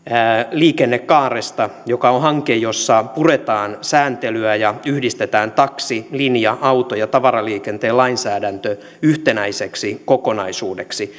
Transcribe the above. liikennekaaresta joka on hanke jossa puretaan sääntelyä ja yhdistetään taksi linja auto ja tavaraliikenteen lainsäädäntö yhtenäiseksi kokonaisuudeksi